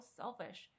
selfish